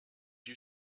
you